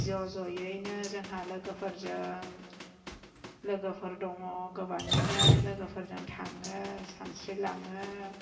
ज' ज'यैनो जोंहा लोगोफोरजों लोगोफोर दङ गोबाङैनो लोगोफोरजों थाङो सानस्रिलाङो